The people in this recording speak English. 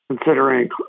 considering